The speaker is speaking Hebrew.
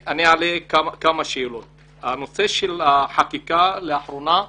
הנושא של החקיקה לאחרונה,